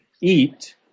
eat